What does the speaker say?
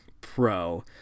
Pro